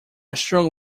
strong